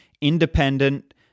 independent